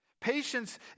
Patience